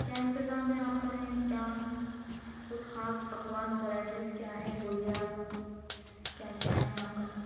کیا انتظام ہے آپ کے کیا کچھ خاص پکوان ورائیٹیز کیا ہے بولیے آپ کیا کیا ہے آپ کا